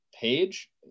page